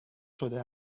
شده